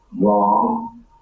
wrong